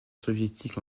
soviétique